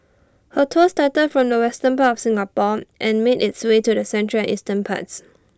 her tour started from the western part of Singapore and made its way to the central and eastern parts